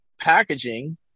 packaging